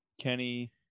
Kenny